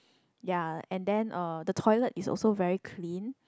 ya and then uh the toilet is also very clean